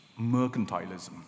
mercantilism